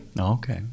Okay